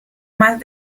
más